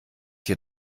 hier